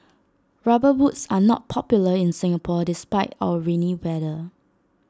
rubber boots are not popular in Singapore despite our rainy weather